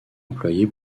employé